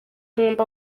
ngomba